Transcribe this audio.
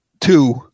two